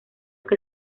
que